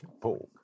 pork